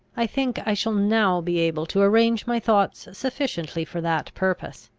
i think i shall now be able to arrange my thoughts sufficiently for that purpose.